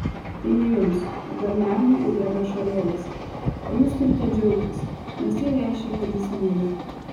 tai ne jums o berneliui rieda ašarėlės o jūs turite džiaugtis nes tai reiškia kad jis myli